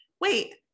wait